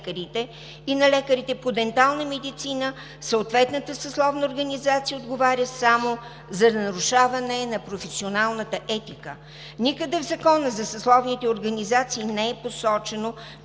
и на лекарите по дентална медицина съответната съсловна организация отговаря само за нарушаване на професионалната етика. Никъде в Закона за съсловните организации не е посочено,